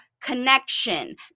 connection